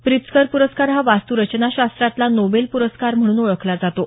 Pritzker प्रस्कार हा वास्तरचना शास्त्रातला नोबेल पुरस्कार म्हणून ओळखला जातो